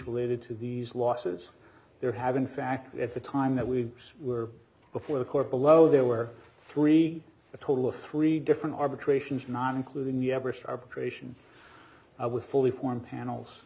related to these losses there have in fact at the time that we were before the court below there were three a total of three different arbitrations not including you have written arbitration i would fully form panels